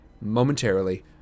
momentarily